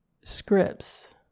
scripts